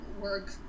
work